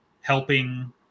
helping